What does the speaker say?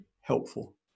helpful